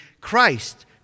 Christ